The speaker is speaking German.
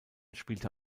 spielte